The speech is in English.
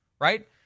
Right